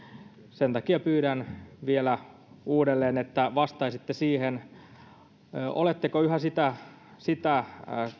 sen takia pyydän vielä uudelleen että vastaisitte siihen että oletteko yhä sitä sitä